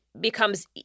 becomes